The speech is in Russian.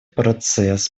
процесс